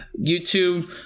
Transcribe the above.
YouTube